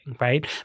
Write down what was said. right